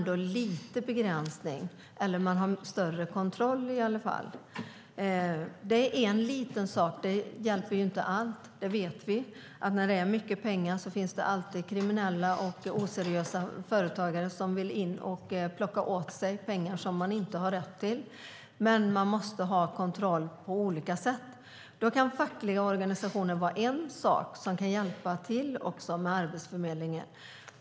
Då blir kontrollen bättre. När det rör sig om mycket pengar finns det alltid kriminella och oseriösa företagare som vill plocka åt sig pengar som de inte har rätt till. Men det måste finnas olika kontroller. Då kan de fackliga organisationerna vara en aktör som kan hjälpa Arbetsförmedlingen.